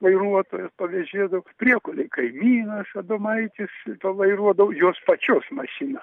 vairuotojas pavežėdavo priekulėj kaimynas adomaitis pavairuodavo jos pačios mašiną